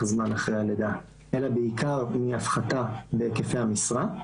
זמן אחרי הלידה אלא בעיקר מהפחתה בהיקפי המשרה.